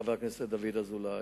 חבר הכנסת דוד אזולאי,